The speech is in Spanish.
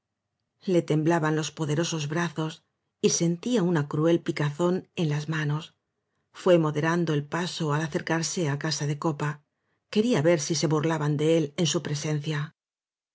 le temblaban los poderosos brazos y sen tía una cruel pi cazón en las ma nos fué mode rando el paso al acercarse á casa de copa quería ver si se burlaban de él en su presencia